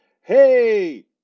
Hey